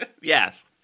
Yes